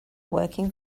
working